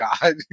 God